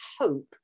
hope